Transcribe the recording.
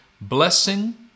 blessing